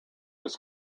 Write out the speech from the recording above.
was